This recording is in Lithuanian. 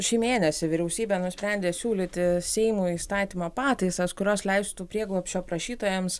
šį mėnesį vyriausybė nusprendė siūlyti seimui įstatymo pataisas kurios leistų prieglobsčio prašytojams